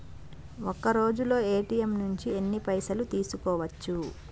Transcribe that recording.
ఒక్కరోజులో ఏ.టి.ఎమ్ నుంచి ఎన్ని పైసలు తీసుకోవచ్చు?